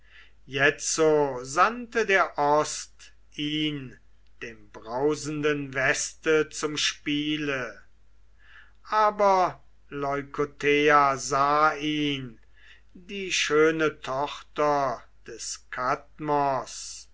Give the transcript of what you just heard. jetzo sandte der ost ihn dem brausenden weste zum spiele aber leukothea sah ihn die schöne tochter des